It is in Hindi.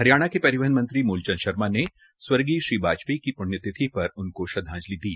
हरियाणा के परिवहन मंत्री मूलचंद शर्मा ने स्वर्गीय श्री वाजपेयी की प्णयतिथि पर उनको श्रद्वांजलि दी